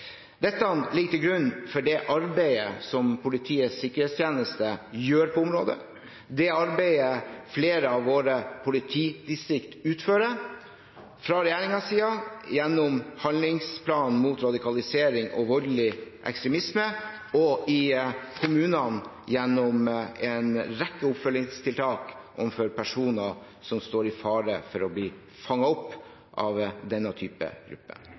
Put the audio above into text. Dette ligger til grunn for det arbeidet som Politiets sikkerhetstjeneste gjør på området, det arbeidet som flere av våre politidistrikt utfører, fra regjeringens side gjennom handlingsplanen mot radikalisering og voldelig ekstremisme og i kommunene gjennom en rekke oppfølgingstiltak overfor personer som står i fare for å bli fanget opp av denne typen grupper.